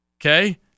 Okay